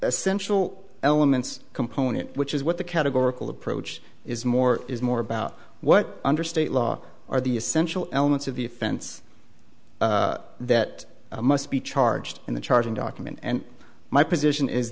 essential elements component which is what the categorical approach is more is more about what under state law are the essential elements of the offense that must be charged in the charging document and my position is